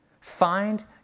Find